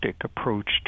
approach